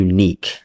Unique